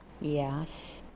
Yes